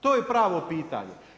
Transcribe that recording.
To je pravo pitanje.